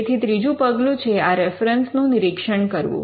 તેથી ત્રીજું પગલું છે આ રેફરન્સ નું નિરીક્ષણ કરવું